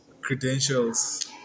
credentials